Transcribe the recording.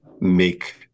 make